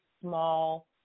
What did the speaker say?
small